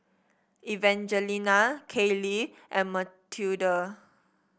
Evangelina Kailey and Matilde